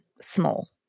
small